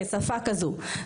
כשפה כזו.